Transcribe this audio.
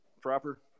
proper